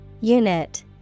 Unit